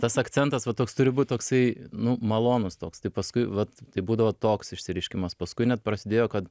tas akcentas va toks turi būt toksai nu malonus toks tai paskui vat tai būdavo toks išsireiškimas paskui net prasidėjo kad